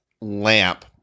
lamp